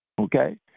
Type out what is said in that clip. okay